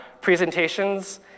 presentations